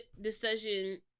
decision